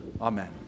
Amen